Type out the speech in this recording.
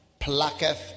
plucketh